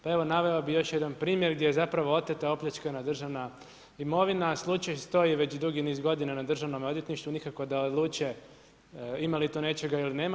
Pa evo naveo bih još jedan primjer gdje je zapravo oteta opljačkana državna imovina a slučaj stoji već dugi niz godina na državnome odvjetništvu, nikako da odluče ima li to nečega ili nema.